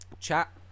chat